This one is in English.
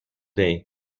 day